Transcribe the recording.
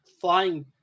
flying